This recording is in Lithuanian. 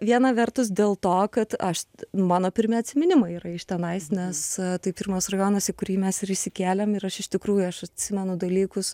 viena vertus dėl to kad aš mano pirmi atsiminimai yra iš tenais nes tai pirmas rajonas į kurį mes ir įsikėlėm ir aš iš tikrųjų aš atsimenu dalykus